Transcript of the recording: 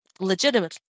Legitimately